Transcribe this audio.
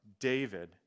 David